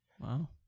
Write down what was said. Wow